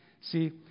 See